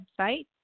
website